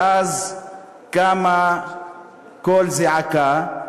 ואז קם קול זעקה,